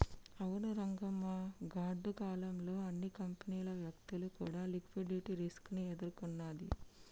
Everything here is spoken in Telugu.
అవును రంగమ్మ గాడ్డు కాలం లో అన్ని కంపెనీలు వ్యక్తులు కూడా లిక్విడిటీ రిస్క్ ని ఎదుర్కొన్నది